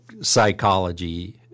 psychology